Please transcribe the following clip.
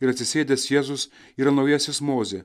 ir atsisėdęs jėzus yra naujasis mozė